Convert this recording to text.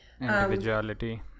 individuality